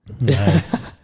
Nice